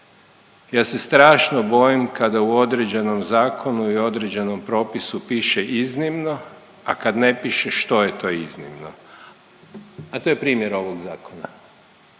ja se strašno bojim kada u određenom zakonu i određenom propisu piše iznimno, a kad ne piše što je to iznimno. A to je primjer ovog zakona.